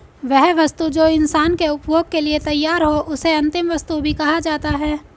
वह वस्तु जो इंसान के उपभोग के लिए तैयार हो उसे अंतिम वस्तु भी कहा जाता है